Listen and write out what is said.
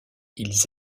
ils